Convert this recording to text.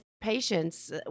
patients